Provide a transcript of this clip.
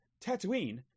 Tatooine